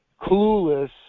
clueless